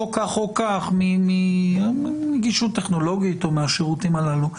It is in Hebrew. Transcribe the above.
או כך או כך מנגישות טכנולוגית או מהשירותים הללו.